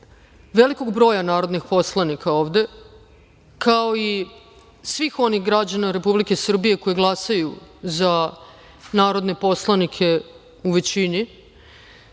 velikog broja narodnih poslanika ovde kao i svih onih građana Republike Srbije koji glasaju za narodne poslanike u većini,